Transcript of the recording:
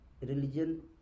religion